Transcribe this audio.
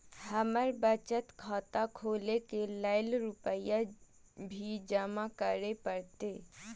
हमर बचत खाता खोले के लेल रूपया भी जमा करे परते?